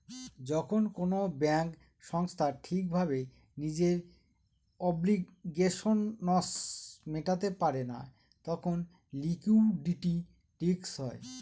যখন কোনো ব্যাঙ্ক সংস্থা ঠিক ভাবে নিজের অব্লিগেশনস মেটাতে পারে না তখন লিকুইডিটি রিস্ক হয়